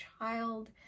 child